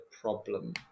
problem